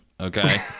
Okay